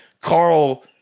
Carl